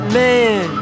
man